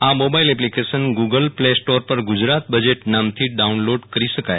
આ mobile application Google Play Store પર Gujarat budget નામથી ડાઉનલોડ કરી શકાય